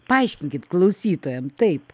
paaiškinkit klausytojam taip